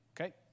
Okay